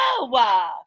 Wow